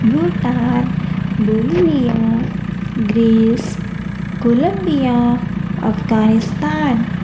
भूटान बोलेमिया ग्रेस कोलंबिया अफगानिस्तान